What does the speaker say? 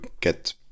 get